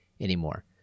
anymore